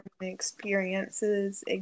experiences